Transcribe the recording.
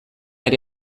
ere